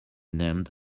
named